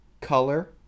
color